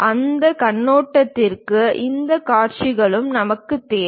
அந்தக் கண்ணோட்டத்திற்கு இந்தக் காட்சிகளும் நமக்குத் தேவை